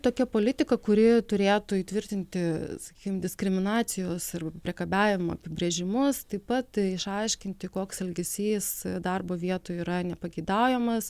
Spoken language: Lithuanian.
tokia politika kuri turėtų įtvirtinti sakykim diskriminacijos ir priekabiavimo apibrėžimus taip pat išaiškinti koks elgesys darbo vietų yra nepageidaujamas